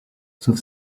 sauf